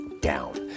down